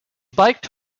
biked